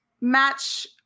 match